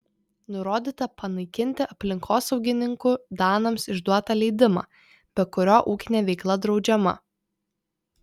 nurodyta panaikinti aplinkosaugininkų danams išduotą leidimą be kurio ūkinė veikla draudžiama